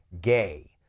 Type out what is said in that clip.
gay